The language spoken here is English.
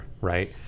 right